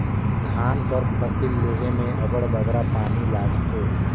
धान कर फसिल लेहे में अब्बड़ बगरा पानी लागथे